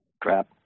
Crap